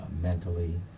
mentally